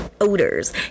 odors